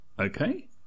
Okay